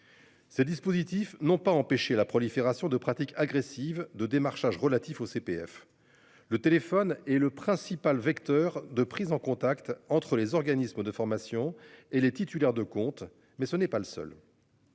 Ce dispositif n'ont pas empêché la prolifération de pratiques agressives de démarchage relatif au CPF. Le téléphone est le principal vecteur de prise en contact entre les organismes de formation et les titulaires de comptes, mais ce n'est pas le seul.--